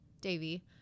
Davey